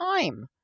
time